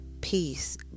Peace